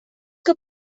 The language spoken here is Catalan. que